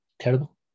terrible